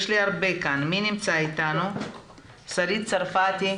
שרית צרפתי,